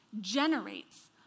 generates